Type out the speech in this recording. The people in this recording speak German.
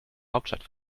hauptstadt